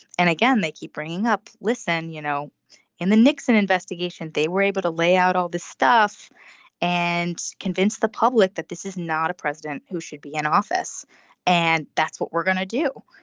and again they keep bringing up. listen you know in the nixon investigation they were able to lay out all this stuff and convince the public that this is not a president who should be in office and that's what we're gonna do.